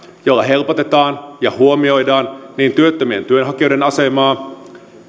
joilla helpotetaan ja huomioidaan niin työttömien työnhakijoiden asemaa